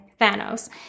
Thanos